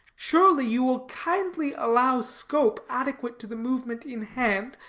surely you will kindly allow scope adequate to the movement in hand,